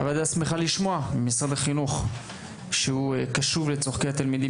הוועדה שמחה לשמוע ממשרד החינוך שהוא קשוב לצורכי התלמידים